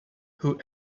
who